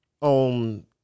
on